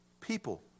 people